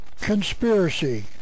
conspiracy